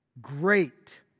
great